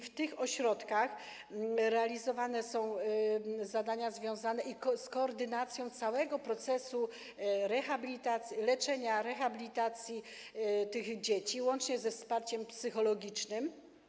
W tych ośrodkach realizowane są zadania związane z koordynacją całego procesu leczenia i rehabilitacji tych dzieci, łącznie ze wsparciem psychologicznym.